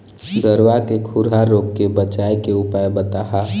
गरवा के खुरा रोग के बचाए के उपाय बताहा?